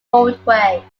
roadway